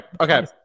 Okay